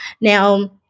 Now